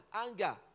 Anger